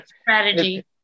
strategy